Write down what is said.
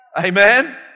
Amen